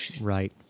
Right